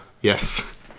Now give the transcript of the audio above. Yes